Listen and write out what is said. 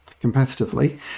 competitively